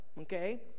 okay